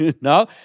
No